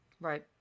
Right